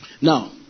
Now